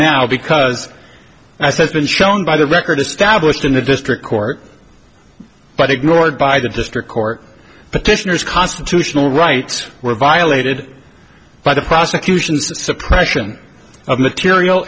now because i says been shown by the record established in the district court but ignored by the district court petitioners constitutional rights were violated by the prosecution's suppression of material